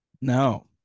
no